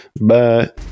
Bye